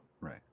Right